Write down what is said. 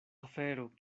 afero